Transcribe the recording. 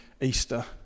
Easter